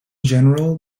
general